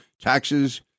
Taxes